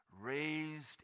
raised